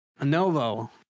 Novo